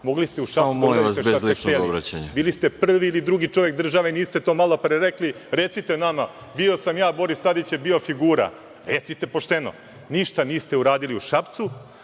ličnog obraćanja.)Bili ste prvi ili drugi čovek države, niste to malopre rekli, recite nama - bio sam ja, Boris Tadić je bio figura, recite pošteno. Ništa niste uradili u Šapcu,